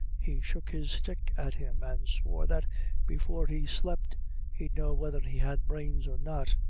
he shook his stick at him, and swore that before he slept he'd know whether he had brains or not.